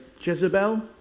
Jezebel